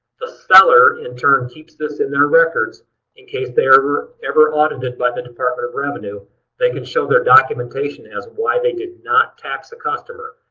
the seller, in turn, keeps this in their records in case they are ever ever audited by the department of revenue, they can show their documentation as of why they did not tax the customer.